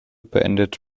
beendete